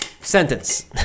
sentence